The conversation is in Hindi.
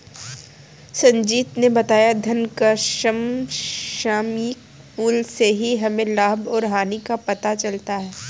संजीत ने बताया धन का समसामयिक मूल्य से ही हमें लाभ और हानि का पता चलता है